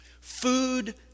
Food